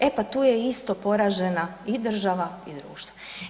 E pa tu je isto poražena i država i društvo.